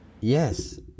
Yes